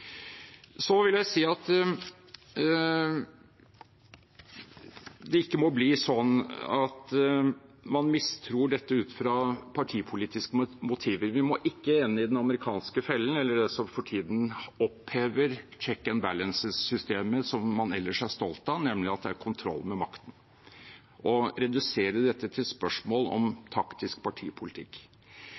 Så vil jeg si at det ikke må bli slik at man mistror dette ut fra partipolitiske motiver. Vi må ikke ende i den amerikanske fellen eller det som for tiden opphever «checks and balances»-systemet man ellers er stolt av, nemlig at det er kontroll med makten, og redusere dette til et spørsmål om taktisk partipolitikk.